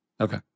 okay